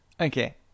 Okay